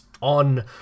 on